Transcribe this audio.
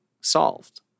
solved